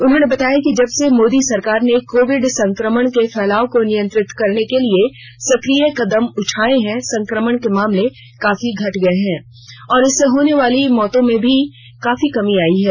उन्होंने बताया कि ंजब से मोदी सरकार ने कोविड संक्रमण के फैलाव को नियंत्रित करने के लिए सक्रिय कदम उठाये हैं संक्रमण के मामले काफी घट गये हैं और इससे होने वाली मौतों में भी कमी आई है